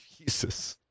Jesus